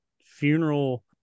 funeral